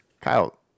Kyle